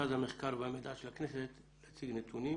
מרכז המחקר והמידע של הכנסת להציג נתונים